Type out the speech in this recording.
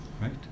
Right